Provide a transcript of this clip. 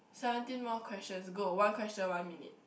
seventeen more questions go one question one minute